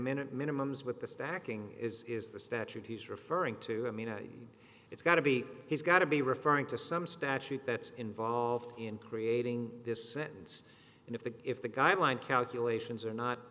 minute minimums with the stacking is is the statute he's referring to i mean it's got to be he's got to be referring to some statute that's involved in creating this sentence and if the if the guideline calculations are not